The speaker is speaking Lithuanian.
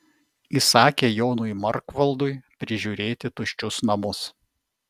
įsakė jonui markvaldui prižiūrėti tuščius namus